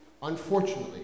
Unfortunately